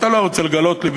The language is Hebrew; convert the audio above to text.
אתה לא רוצה לגלות לי?